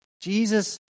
Jesus